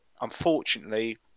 unfortunately